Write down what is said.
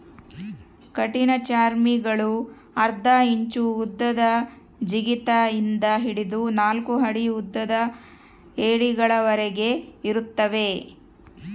ಕಠಿಣಚರ್ಮಿಗುಳು ಅರ್ಧ ಇಂಚು ಉದ್ದದ ಜಿಗಿತ ಇಂದ ಹಿಡಿದು ನಾಲ್ಕು ಅಡಿ ಉದ್ದದ ಏಡಿಗಳವರೆಗೆ ಇರುತ್ತವೆ